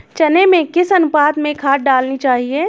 चने में किस अनुपात में खाद डालनी चाहिए?